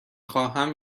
خواهم